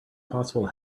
possible